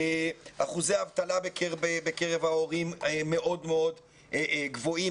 אחוזי האבטלה בקרב ההורים מאוד מאוד גבוהים,